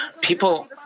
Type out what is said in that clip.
people